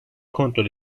kontrol